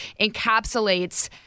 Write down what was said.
encapsulates